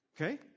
okay